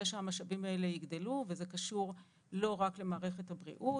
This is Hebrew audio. שהמשאבים האלה יגדלו וזה קשור לא רק למערכת הבריאות,